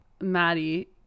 Maddie